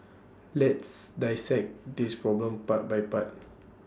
let's dissect this problem part by part